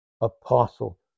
apostle